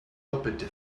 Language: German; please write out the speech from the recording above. doppelte